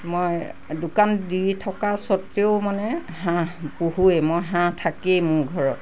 মই দোকান দি থকা স্বত্বেও মানে হাঁহ পোহোয়েই মই হাঁহ থাকেই মোৰ ঘৰত